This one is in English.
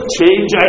change